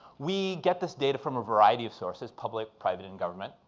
we get this data from a variety of sources, public, private and government.